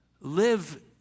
live